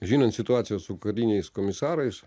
žinant situaciją su kariniais komisarais